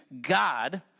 God